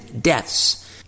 deaths